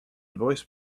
voice